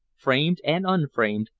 framed and unframed,